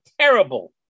terrible